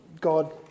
God